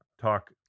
talk